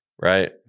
right